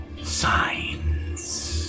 signs